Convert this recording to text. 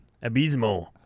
Abismo